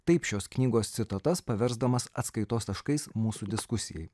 taip šios knygos citatas paversdamas atskaitos taškais mūsų diskusijai